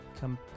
Come